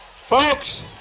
Folks